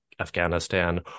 Afghanistan